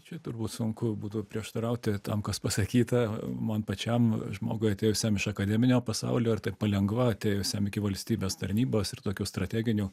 čia turbūt sunku būtų prieštarauti tam kas pasakyta man pačiam žmogui atėjusiam iš akademinio pasaulio ir taip palengva atėjusiam iki valstybės tarnybos ir tokių strateginių